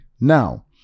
Now